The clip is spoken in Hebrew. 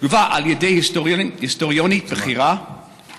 על ידי היסטוריונית בכירה,